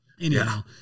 Anyhow